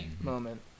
moment